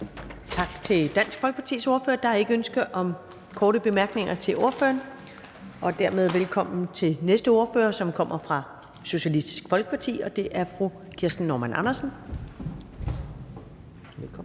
Tak til Dansk Folkepartis ordfører. Der er ikke ønske om korte bemærkninger til ordføreren. Og dermed velkommen til næste ordfører, som kommer fra Socialistisk Folkeparti. Og det er fru Kirsten Normann Andersen. Velkommen.